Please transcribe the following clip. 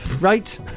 Right